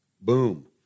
boom